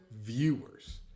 viewers